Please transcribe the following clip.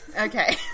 Okay